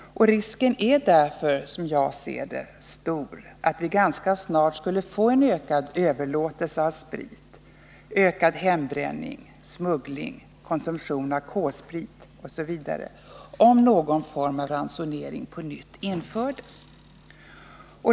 Risken är därför, som jag ser det, stor att vi ganska snart skulle få en ökad överlåtelse av sprit, ökad hembränning, smuggling, konsumtion av K-sprit osv., om någon form av ransonering på nytt infördes.